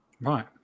right